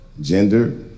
Gender